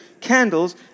candles